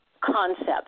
concepts